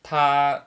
他